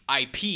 IP